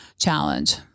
challenge